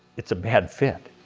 it's a bad fit.